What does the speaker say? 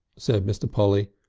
said mr. polly.